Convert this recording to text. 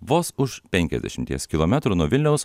vos už penkiasdešimties kilometrų nuo vilniaus